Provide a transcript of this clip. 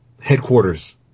headquarters